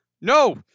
No